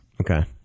Okay